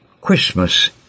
Christmas